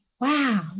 wow